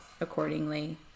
accordingly